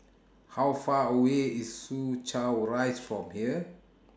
How Far away IS Soo Chow Rise from here